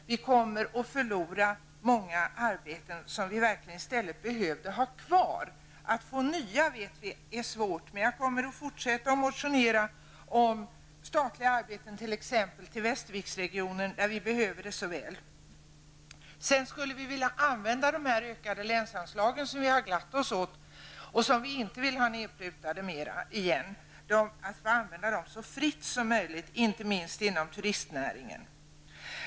Vi kommer att förlora många arbeten som vi verkligen i stället behövde ha kvar. Vi vet att det är svårt att få nya arbetstillfällen, men jag kommer att fortsätta att motionera om statliga arbeten t.ex. till Västerviksregionen, där vi så väl behöver dem. Vi har glatt oss åt de ökade länsanslagen, och vi vill inte att de på nytt skall prutas ned. Vi vill ha möjlighet att använda dessa anslag så fritt som möjligt, inte minst inom turistnäringen.